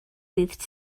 ddydd